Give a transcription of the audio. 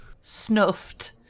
snuffed